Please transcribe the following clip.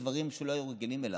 בדברים שלא היו רגילים אליהם.